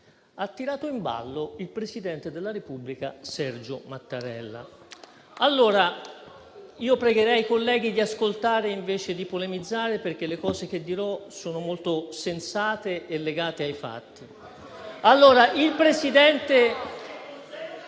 ha tirato in ballo il Presidente della Repubblica Sergio Mattarella. *(Commenti).* Io pregherei i colleghi di ascoltare invece di polemizzare, perché le cose che dirò sono molto sensate e legate ai fatti. *(Commenti).* Il Presidente